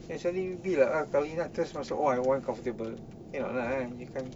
then eventually oh I want comfortable cannot lah kan he can't